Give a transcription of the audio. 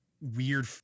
weird